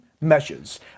measures